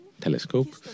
telescope